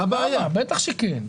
בטח שכן.